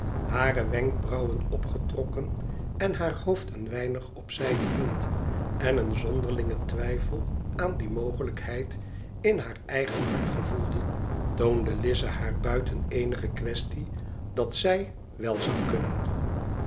hare wenkbrauwen opgetrokken en haar hoofd een weinig op zijde hield en een zonderlingen twijfel aan die mogelijkheid in baar eigen hart gevoelde toonde lize haar buiten eenige quaestie dat zij wèl zou kunnen